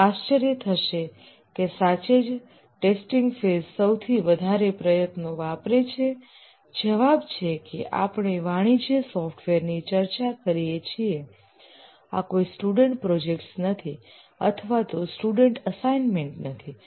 તમને આશ્ચર્ય થશે કે સાચે જ ટેસ્ટિંગ ફેઝ સૌથી વધારે પ્રયત્નો વાપરે છે જવાબ છે કે આપણે વાણિજ્ય સોફ્ટવેરની ચર્ચા કરીએ છીએ આ કોઈ સ્ટુડન્ટ પ્રોજેક્ટ્સ નથી અથવા તો સ્ટુડન્ટ એસાઇનમેન્ટ નથી